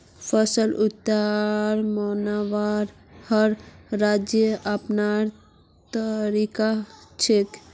फसल उत्सव मनव्वार हर राज्येर अपनार तरीका छेक